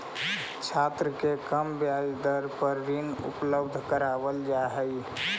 छात्र के कम ब्याज दर पर ऋण उपलब्ध करावल जा हई